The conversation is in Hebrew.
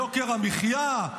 יוקר המחיה,